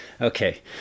Okay